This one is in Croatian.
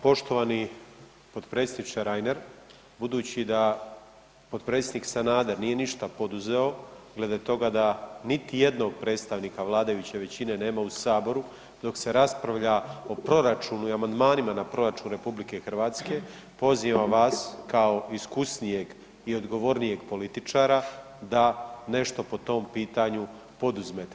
Poštovani potpredsjedniče Reiner budući da potpredsjednik Sanader nije ništa poduzeo glede toga da niti jednog predstavnika vladajuće većine nema u saboru dok se raspravlja o proračunu i amandmanima na proračun RH pozivam vas kao iskusnijeg i odgovornijeg političara da nešto po tom pitanju poduzmete.